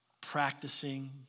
practicing